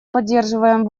поддерживаем